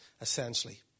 essentially